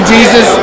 Jesus